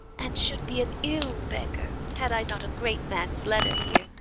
and should be an ill beggar, had i not a great man's letter here,